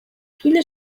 viele